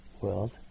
world